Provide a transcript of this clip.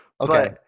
Okay